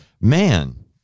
man